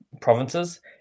provinces